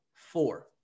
four